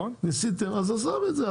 אז עזוב את זה,